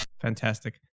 Fantastic